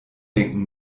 denken